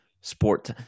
Sport